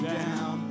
down